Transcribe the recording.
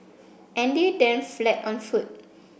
Andy then fled on foot